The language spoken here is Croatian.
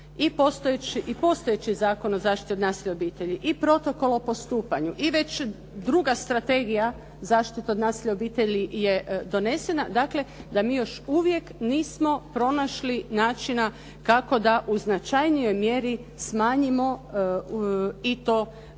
na postojeći Zakon o zaštiti od nasilja u obitelji i Protokol o postupanju, i već druga strategija zaštite od nasilja u obitelji je donesena. Dakle, da mi još uvijek nismo pronašli načina kako da u značajnijoj mjeri smanjimo i ove